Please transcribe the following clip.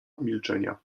milczenia